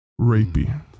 Rapey